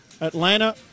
Atlanta